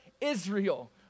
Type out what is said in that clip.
Israel